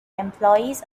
employees